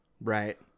Right